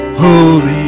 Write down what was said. holy